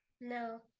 No